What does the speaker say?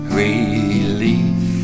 relief